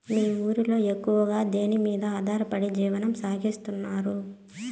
మీ ఊరిలో ఎక్కువగా దేనిమీద ఆధారపడి జీవనం సాగిస్తున్నారు?